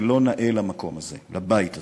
זה לא נאה למקום הזה, לבית הזה.